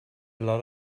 lot